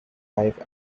life